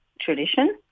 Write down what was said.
tradition